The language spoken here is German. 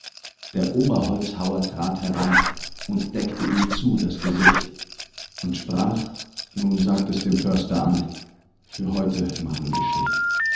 der oberholzhauer trat heran und deckte ihm zu das gesicht und sprach nun sagt es dem förster an für heute machen wir schicht